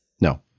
No